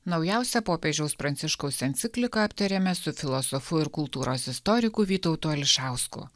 naujausia popiežiaus pranciškaus enciklika aptarėme su filosofu ir kultūros istoriku vytautu ališausku